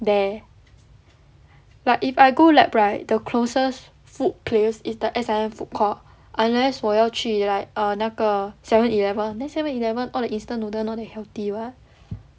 there like if I go lab right the closest food place is the S_I_M foodcourt unless 我要去 like err 那个 seven eleven then seven eleven all the instant noodle not that healthy [what]